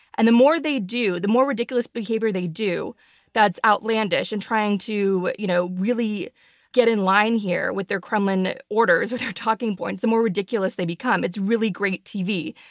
and the more they do, the more ridiculous behavior they do that's outlandish and trying to you know really get in line here with their kremlin orders or their talking points, the more ridiculous they become. it's really great tv.